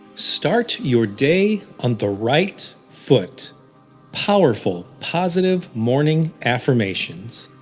start your day on the right foot powerful, positive morning affirmations.